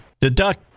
deduct